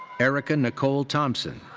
ericka nicole thompson.